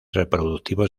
reproductivos